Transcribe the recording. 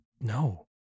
No